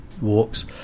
walks